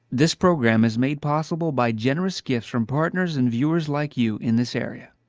this program is made possible by generous gifts from partners and viewers like you in this area.